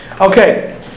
Okay